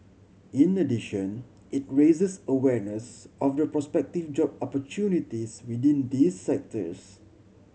in addition it raises awareness of the prospective job opportunities within these sectors